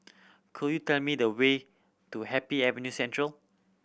could you tell me the way to Happy Avenue Central